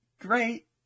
Great